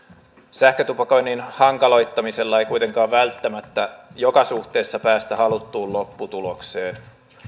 sähkötupakoinnin hankaloittamisella ei kuitenkaan välttämättä joka suhteessa päästä haluttuun lopputulokseen